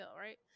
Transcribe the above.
right